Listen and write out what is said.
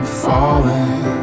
falling